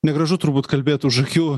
negražu turbūt kalbėt už akių